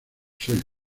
soy